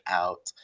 out